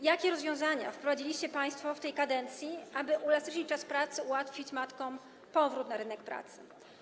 Jakie rozwiązania wprowadziliście państwo w tej kadencji, aby uelastycznić czas pracy, ułatwić matkom powrót na rynek pracy?